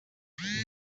manda